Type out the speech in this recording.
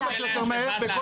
כל מה שאתה אומר תדייק,